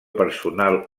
personal